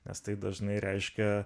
nes tai dažnai reiškia